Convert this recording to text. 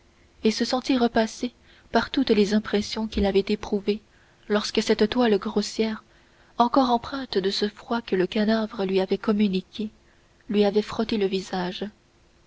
et se sentit repasser par toutes les impressions qu'il avait éprouvées lorsque cette toile grossière encore empreinte de ce froid que le cadavre lui avait communiqué lui avait frotté le visage